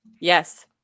yes